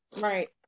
Right